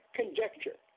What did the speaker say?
conjecture